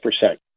percent